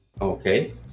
Okay